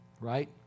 Right